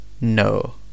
no